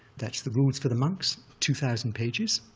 that's the rules for the monks, two thousand pages,